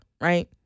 right